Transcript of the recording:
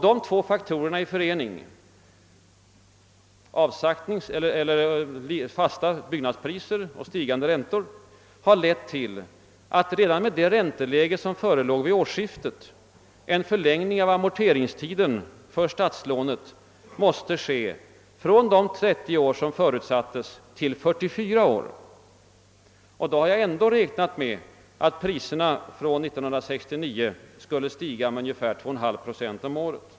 Dessa två faktorer i förening — fasta byggnadspriser och stigande räntor — har lett till att redan med det ränteläge som förelåg vid årsskiftet en förlängning av amorteringstiden för statslånen måste ske från de 30 år som förutsattes till 44 år. Och då har jag ändå räknat med att priserna från och med 1969 skulle stiga med cirka 21/> procent om året.